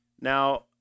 Now